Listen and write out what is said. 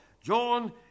John